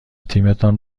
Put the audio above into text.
تیمتان